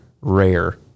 rare